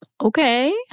Okay